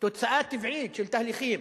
תוצאה טבעית של תהליכים.